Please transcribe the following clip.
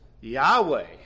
Yahweh